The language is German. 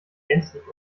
gänzlich